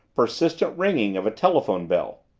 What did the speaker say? persistent ringing of a telephone bell.